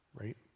Right